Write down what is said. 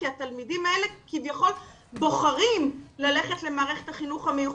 כי התלמידים האלה כביכול בוחרים ללכת למערכת החינוך המיוחד,